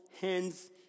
hands